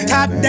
Top